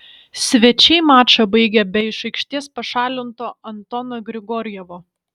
svečiai mačą baigė be iš aikštės pašalinto antono grigorjevo